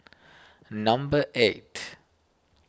number eight